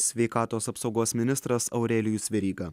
sveikatos apsaugos ministras aurelijus veryga